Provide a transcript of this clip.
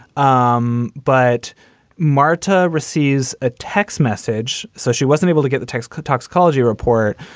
um but marta receives a text message. so she wasn't able to get the text could toxicology report.